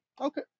Okay